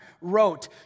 wrote